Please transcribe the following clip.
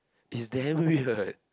he's damn weird